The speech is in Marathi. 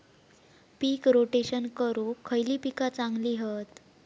पीक रोटेशन करूक खयली पीका चांगली हत?